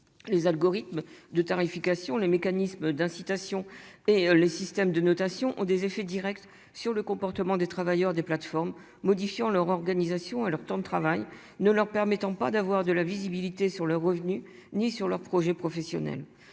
Les algorithmes de tarification les mécanismes d'incitation et les systèmes de notation ont des effets Directs sur le comportement des travailleurs des plateformes modifiant leur organisation à leur temps de travail ne leur permettant pas d'avoir de la visibilité sur le revenu, ni sur leur projet professionnel.